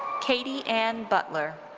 katie ann butler.